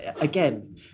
again